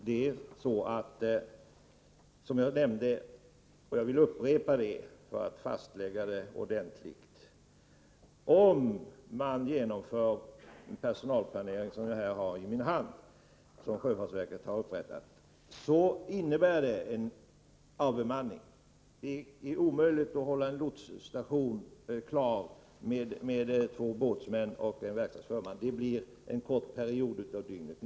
Fru talman! Jag vill upprepa det som jag tidigare nämnde för att fastlägga det ordentligt. Om man genomför den plan för personalplaneringen som sjöfartsverket har upprättat och som jag här har i min hand, innebär det en avbemanning. Det är omöjligt att hålla en lotsstation redo med två båtsmän och en verkstadsförman. Det räcker bara till för en kort period av dygnet.